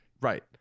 Right